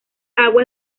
agua